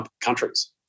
countries